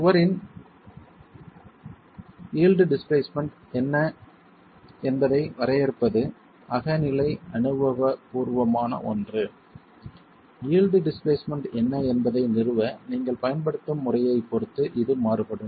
மற்றும் சுவரின் yield displacement என்ன என்பதை வரையறுப்பது அகநிலை அனுபவபூர்வமான ஒன்று யீல்டு டிஸ்பிளேஸ்மென்ட் என்ன என்பதை நிறுவ நீங்கள் பயன்படுத்தும் முறையைப் பொறுத்து இது மாறுபடும்